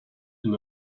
une